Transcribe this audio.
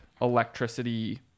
electricity